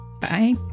Bye